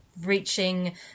reaching